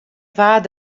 waard